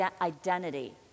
identity